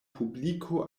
publiko